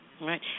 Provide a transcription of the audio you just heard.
Right